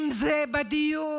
אם זה בדיור,